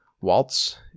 Waltz